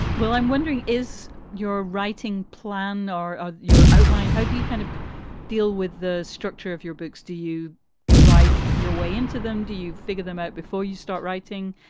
well, i'm wondering, is your writing plan or ah your outline, how do you kind of deal with the structure of your books? do you write your way into them? do you figure them out before you start writing?